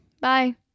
Bye